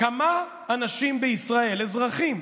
כמה אנשים בישראל, אזרחים,